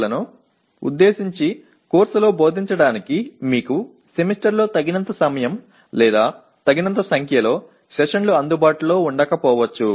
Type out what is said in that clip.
க்களையும் உரையாற்றும் பாடத்திட்டத்தில் பயிற்றுவிக்க செமஸ்டரில் போதுமான நேரம் அல்லது போதுமான அமர்வுகள் உங்களுக்கு கிடைக்காமல் போகலாம்